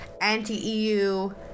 anti-EU